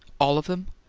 all of them?